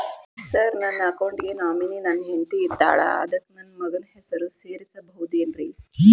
Sir ನನ್ನ account ಗೆ nominee ನನ್ನ ಹೆಂಡ್ತಿ ಇದ್ದಾಳ ಅದಕ್ಕ ನನ್ನ ಮಗನ ಹೆಸರು ಸೇರಸಬಹುದೇನ್ರಿ?